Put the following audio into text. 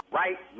right